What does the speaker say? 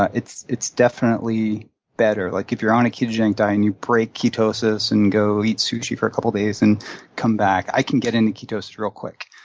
ah it's it's definitely better. like, if you're on a ketogenic diet and you break ketosis and go eat sushi for a couple days and come back, i can get into ketosis real quick,